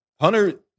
Hunter